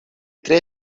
tre